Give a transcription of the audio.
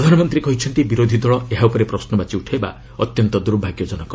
ପ୍ରଧାନମନ୍ତ୍ରୀ କହିଛନ୍ତି ବିରୋଧୀ ଦଳ ଏହା ଉପରେ ପ୍ରଶୁବାଚୀ ଉଠାଇବା ଅତ୍ୟନ୍ତ ଦୂର୍ଭାଗ୍ୟଜନକ